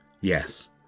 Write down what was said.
Yes